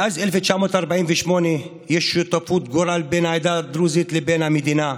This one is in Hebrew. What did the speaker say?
מאז 1948 יש שותפות גורל בן העדה הדרוזית לבין המדינה.